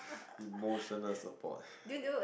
emotional support